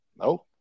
No